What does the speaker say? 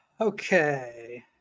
Okay